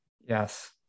Yes